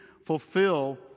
fulfill